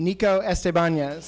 nico esteban yes